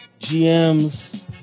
GMs